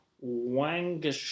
Wang